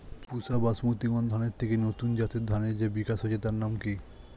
পুসা Basmati one ধানের থেকে নতুন জাতের ধানের যে বিকাশ হয়েছে তার নাম কি?